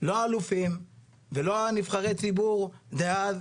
לא אלופים ולא נבחרי הציבור דאז,